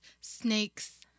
snakes